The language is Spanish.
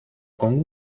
con